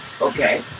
okay